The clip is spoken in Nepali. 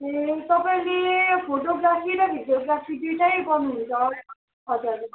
ए तपाईँले फोटोग्राफी र भिडियोग्राफी दुईटै गर्नुहुन्छ हजुर